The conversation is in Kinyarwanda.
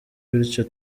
bityo